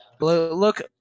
Look